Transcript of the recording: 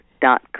dot